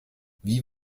wie